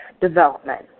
development